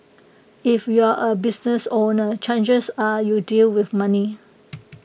if you're A business owner chances are you deal with money